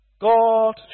God